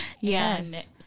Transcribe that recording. Yes